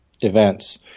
events